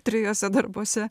trijuose darbuose